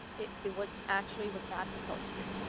it it was actually was not supposed to.